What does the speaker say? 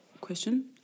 question